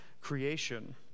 creation